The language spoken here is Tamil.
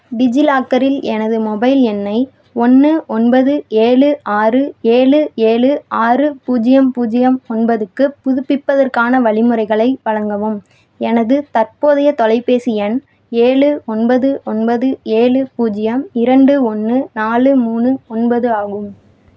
டிஜிலாக்கரில் எனது மொபைல் எண்ணை ஒன்று ஒன்பது ஏழு ஆறு ஏழு ஏழு ஆறு பூஜ்ஜியம் பூஜ்ஜியம் ஒன்பதுக்கு புதுப்பிப்பதற்கான வழிமுறைகளை வழங்கவும் எனது தற்போதைய தொலைபேசி எண் ஏழு ஒன்பது ஒன்பது ஏழு பூஜ்ஜியம் இரண்டு ஒன்று நாலு மூணு ஒன்பது ஆகும்